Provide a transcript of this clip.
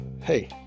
hey